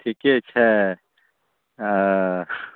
ठीके छै हँ